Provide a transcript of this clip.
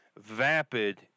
vapid